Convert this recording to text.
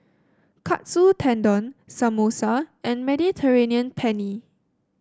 Katsu Tendon Samosa and Mediterranean Penne